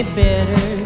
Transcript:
better